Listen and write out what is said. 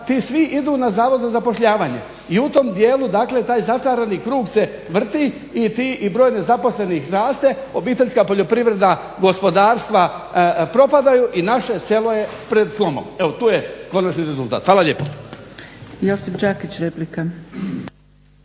ti svi idu na zavod za zapošljavanje i u tom dijelu taj začarani krug se vrti i broj nezaposlenih raste, OPG propadaju i naše selo je pred slomom. Evo tu je konačni rezultat. Hvala lijepa.